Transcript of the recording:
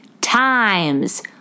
times